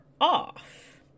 off